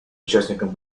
участником